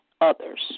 others